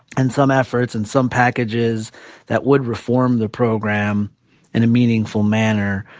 and some efforts, and some packages that would reform the program in a meaningful manner,